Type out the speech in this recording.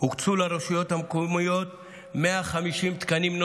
הוקצו לרשויות המקומיות 150 תקנים,